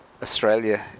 Australia